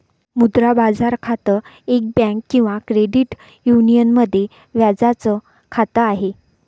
मुद्रा बाजार खातं, एक बँक किंवा क्रेडिट युनियन मध्ये व्याजाच खात आहे